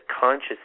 conscious